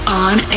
on